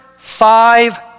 Five